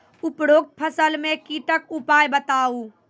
उपरोक्त फसल मे कीटक उपाय बताऊ?